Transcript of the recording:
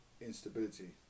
instability